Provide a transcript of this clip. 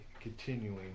continuing